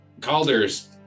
Calder's